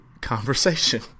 conversation